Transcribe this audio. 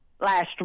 last